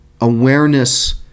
awareness